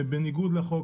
זה בניגוד לחוק.